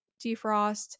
defrost